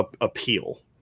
appeal